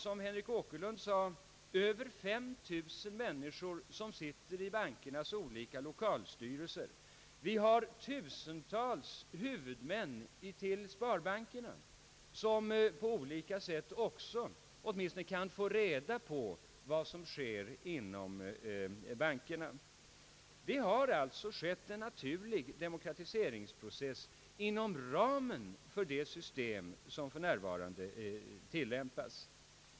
Som herr Åkerlund sade, finns det över 5 000 människor i bankernas olika lokalstyrelser. Det finns dessutom tusentals hu vudmän till sparbankerna som på olika sätt kan få reda på vad som sker inom bankerna. Det har alltså skett en naturlig demokratiseringsprocess inom ramen för det system som för närvarande tillämpas.